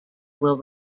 will